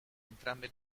entrambe